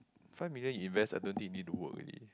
five million you invest I don't think you need to work already